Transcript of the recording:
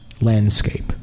landscape